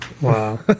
Wow